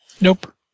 Nope